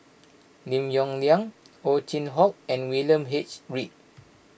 Lim Yong Liang Ow Chin Hock and William H Read